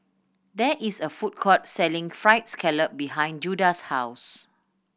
there is a food court selling Fried Scallop behind Judah's house